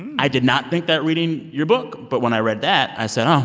i did not think that reading your book. but when i read that, i said, oh,